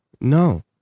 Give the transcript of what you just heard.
no